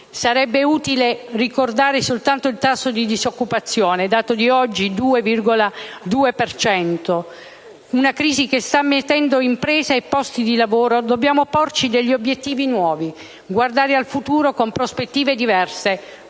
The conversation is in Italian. (sarebbe utile ricordare soltanto il tasso di disoccupazione: dato di oggi è il 12,2 per cento) che sta mietendo imprese e posti di lavoro, dobbiamo porci degli obiettivi nuovi, guardare al futuro con prospettive diverse,